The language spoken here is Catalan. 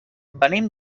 venim